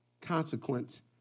consequence